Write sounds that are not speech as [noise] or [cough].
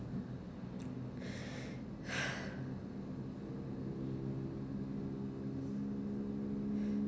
[noise]